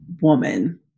woman